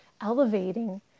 elevating